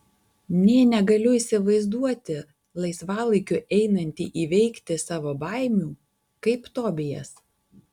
nė negaliu įsivaizduoti laisvalaikiu einanti įveikti savo baimių kaip tobijas